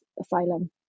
asylum